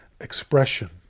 expression